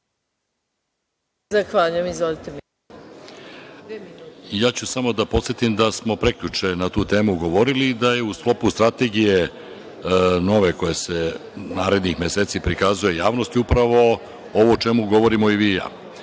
Šarčević** Ja ću samo da podsetim da smo prekjuče na tu temu govorili i da je u sklopu strategije nove koje se narednih meseci prikazuje javnosti upravo ovo o čemu govorimo i vi i